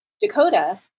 Dakota